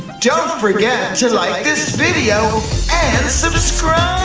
don't forget to like this video and subscriiiibe!